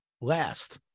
last